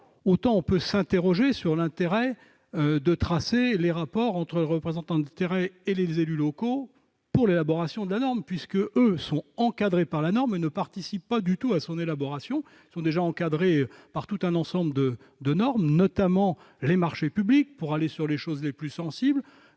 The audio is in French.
autant on peut s'interroger sur l'intérêt de tracer les rapports entre les représentants de terrain et les élus locaux pour l'élaboration de la norme, puisque ces derniers sont encadrés par celle-ci et ne participent pas du tout à son élaboration. Ils sont déjà encadrés par tout un ensemble de règles, notamment celles des marchés publics, pour évoquer les choses les plus sensibles,